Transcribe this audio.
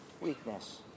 weakness